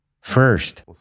first